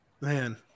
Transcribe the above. Man